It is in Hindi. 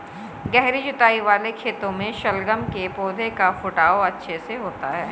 गहरी जुताई वाले खेतों में शलगम के पौधे का फुटाव अच्छे से होता है